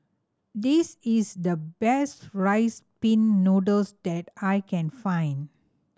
this is the best Rice Pin Noodles that I can find